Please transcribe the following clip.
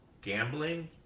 gambling